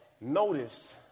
notice